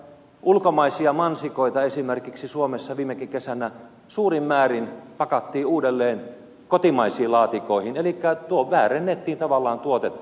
ulkomaisia mansikoita esimerkiksi suomessa viimekin kesänä suurin määrin pakattiin uudelleen kotimaisiin laatikoihin elikkä väärennettiin tavallaan tuotetta